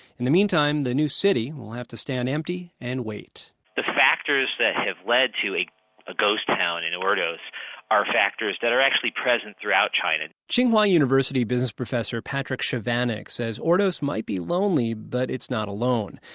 in the meantime, the new city will have to stand empty and wait the factors that have led to a ghost town in ordos are factors that are actually present throughout china tsinghua university business professor patrick chovanec says ordos might be lonely, but it's not alone.